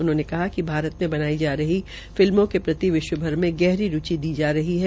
उन्होंने कहा कि भारत में बनाई जा रही फिल्मों के प्रति विश्व भर मे गहरी रूचि ली जा रही है